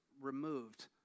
removed